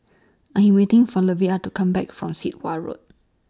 I'm waiting For Levar to Come Back from Sit Wah Road